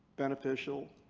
beneficial,